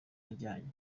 ajyanye